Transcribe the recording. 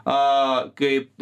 a kaip